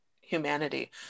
humanity